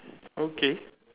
okay